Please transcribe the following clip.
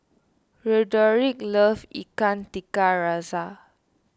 Roderic loves Ikan Tiga Rasa